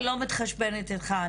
היא